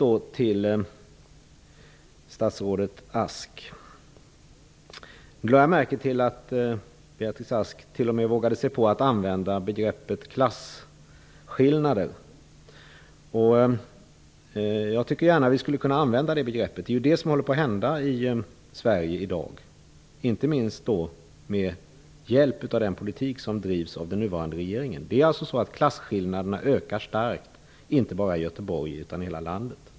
Jag lade märke till att Beatrice Ask t.o.m. vågade sig på att använda begreppet klasskillnader. Jag tycker att vi kan använda det begreppet. Det är ju vad som håller på att uppstå i Sverige, inte minst med hjälp av den politik som drivs av den nuvarande regeringen. Klasskillnaderna ökar starkt inte bara i Göteborg utan i hela landet.